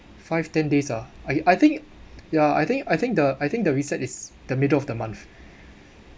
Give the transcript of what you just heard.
five ten days ah I I think ya I think I think the I think the reset is the middle of the month